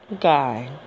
guy